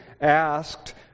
asked